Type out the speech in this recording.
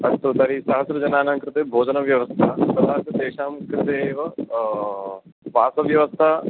अस्तु तर्हि सहस्रजनानां कृते भोजनव्यवस्था तथा च तेषां कृते एव वासव्यवस्था